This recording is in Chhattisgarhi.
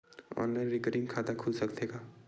ऑनलाइन रिकरिंग खाता खुल सकथे का?